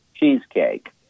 Cheesecake